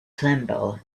tremble